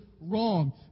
wrong